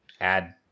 Add